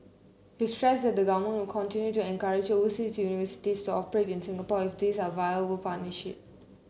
he stressed that the government will continue to encourage oversea university to operate in Singapore if these are viable partnership